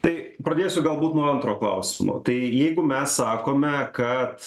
tai pradėsiu galbūt nuo antro klausimo tai jeigu mes sakome kad